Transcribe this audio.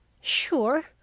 Sure